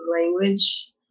language